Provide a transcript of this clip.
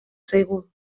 zaigu